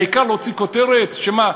העיקר להוציא כותרת, שמה?